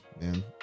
man